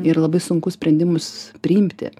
ir labai sunku sprendimus priimti